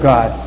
God